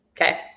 Okay